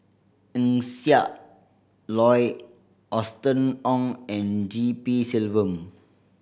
Eng Siak Loy Austen Ong and G P Selvam